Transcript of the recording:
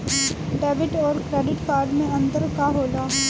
Debit और credit card मे अंतर का होला?